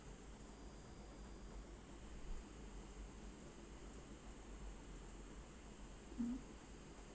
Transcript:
mm